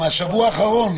מהשבוע האחרון,